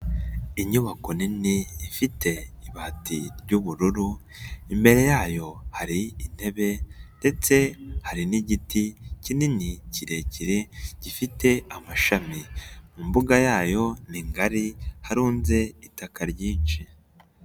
Inyubako nini ifite ibati ry'ubururu, imbere yayo hari intebe ndetse hari n'igiti kinini kirekire gifite amashami, mu mbuga yayo ni ngari harunze itaka ryinshi.